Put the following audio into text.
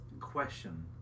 question